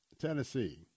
Tennessee